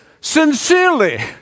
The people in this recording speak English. sincerely